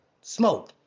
smoke